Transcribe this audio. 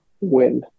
win